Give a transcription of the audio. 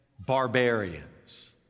barbarians